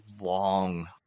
long